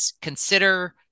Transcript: consider